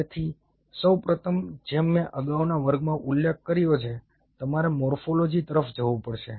તેથી સૌપ્રથમ જેમ મેં અગાઉના વર્ગમાં ઉલ્લેખ કર્યો છે તમારે મોર્ફોલોજી તરફ જવું પડશે